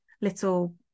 little